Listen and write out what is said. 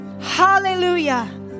Hallelujah